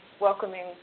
welcoming